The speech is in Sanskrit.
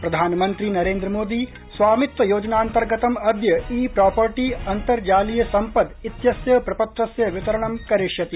प्रधानमन्त्री नरेन्द्र मोदी स्वामित्व योजनान्तर्गतम् अद्य ई प्रापर्टी अन्तर्जालीय सम्पद इत्यस्य प्रपत्रस्य वितरणं करिष्यति